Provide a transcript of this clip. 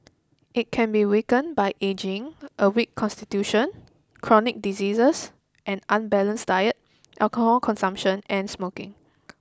it can be weakened by ageing a weak constitution chronic diseases an unbalanced diet alcohol consumption and smoking